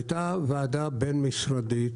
הייתה ועדה בין-משרדית,